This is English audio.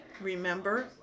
Remember